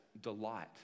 delight